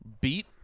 Beat